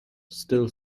still